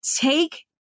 take